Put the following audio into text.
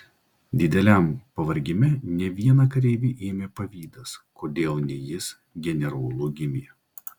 dideliam pavargime ne vieną kareivį ėmė pavydas kodėl ne jis generolu gimė